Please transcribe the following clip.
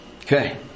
Okay